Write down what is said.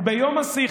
וביום השיא,